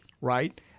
Right